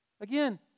Again